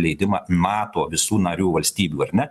leidimą nato visų narių valstybių ar ne